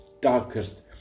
darkest